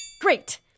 Great